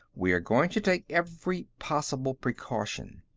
we are going to take every possible precaution.